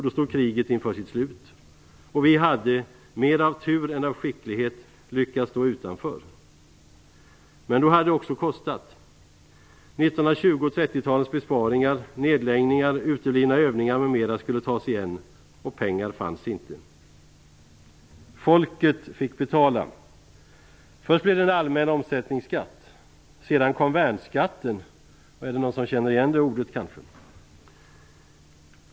Då stod kriget inför sitt slut, och vi hade mera av tur än av skicklighet lyckats stå utanför. Men då hade det också kostat. 1920 och 1930-talens besparingar, nedläggningar, uteblivna övningar m.m. skulle tas igen. Och pengar fanns inte. Folket fick betala. Först blev det en allmän omsättningsskatt. Sedan kom värnskatten - är det någon som känner igen det ordet?